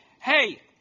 hey